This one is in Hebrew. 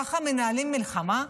ככה מנהלים מלחמה?